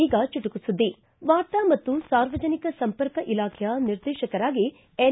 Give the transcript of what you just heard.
ಈಗ ಚುಟುಕು ಸುದ್ದಿ ವಾರ್ತಾ ಮತ್ತು ಸಾರ್ವಜನಿಕ ಸಂಪರ್ಕ ಇಲಾಖೆಯ ನಿರ್ದೇಶಕರಾಗಿ ಎನ್